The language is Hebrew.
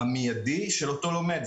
המידי של אותו לומד.